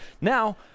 Now